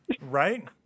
Right